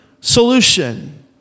solution